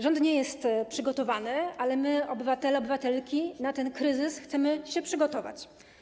Rząd nie jest przygotowany, ale my, obywatele, obywatelki, na ten kryzys chcemy się przygotować.